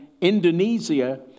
Indonesia